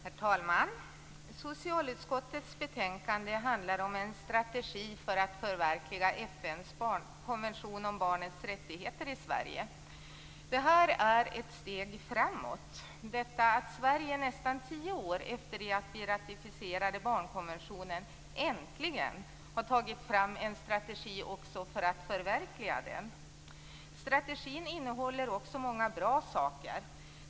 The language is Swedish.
Herr talman! Socialutskottets betänkande handlar om en strategi för att förverkliga FN:s konvention om barnets rättigheter i Sverige. Det är ett steg framåt att Sverige nästan tio år efter att vi ratificerade barnkonventionen äntligen har tagit fram en strategi för att också förverkliga den. Strategin innehåller också många bra saker.